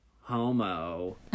homo